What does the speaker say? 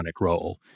role